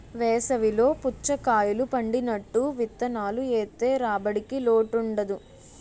వేసవి లో పుచ్చకాయలు పండినట్టు విత్తనాలు ఏత్తె రాబడికి లోటుండదు